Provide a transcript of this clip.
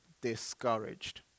discouraged